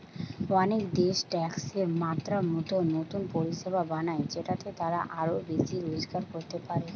অনেক দেশ ট্যাক্সের মাত্রা মতো নতুন পরিষেবা বানায় যেটাতে তারা আরো বেশি রোজগার করতে পারে